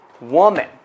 woman